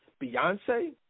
Beyonce